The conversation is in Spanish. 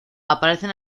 aparecen